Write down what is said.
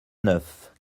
neuf